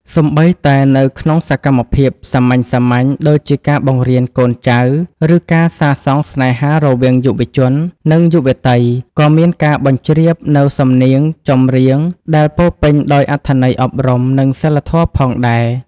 សូម្បីតែនៅក្នុងសកម្មភាពសាមញ្ញៗដូចជាការបង្រៀនកូនចៅ ឬការសាសងស្នេហារវាងយុវជន និងយុវតី ក៏មានការបញ្ជ្រាបនូវសំនៀងចម្រៀងដែលពោរពេញដោយអត្ថន័យអប់រំ និងសីលធម៌ផងដែរ។